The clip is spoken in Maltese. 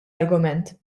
argument